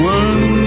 one